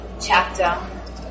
chapter